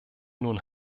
nun